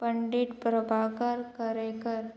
Pandit Prabhakar Kharekar